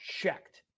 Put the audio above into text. checked